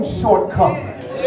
shortcomings